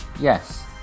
Yes